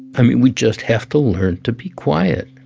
i mean, we just have to learn to be quiet